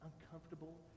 uncomfortable